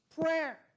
prayer